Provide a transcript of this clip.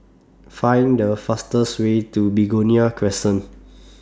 Find The fastest Way to Begonia Crescent